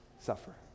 suffer